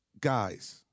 Guys